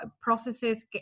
Processes